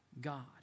God